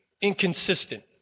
inconsistent